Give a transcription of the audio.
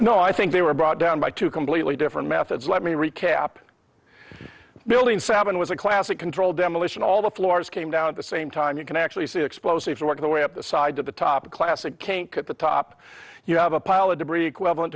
no i think they were brought down by two completely different methods let me recap building seven was a classic controlled demolition all the floors came down at the same time you can actually see explosives work the way up the side to the top classic kink at the top you have a pile of debris equivalent